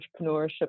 entrepreneurship